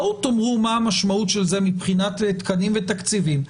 תאמרו מה המשמעות של זה מבחינת תקנים ותקציבים,